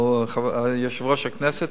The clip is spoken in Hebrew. או יושב-ראש הכנסת,